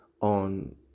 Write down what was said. on